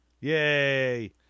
Yay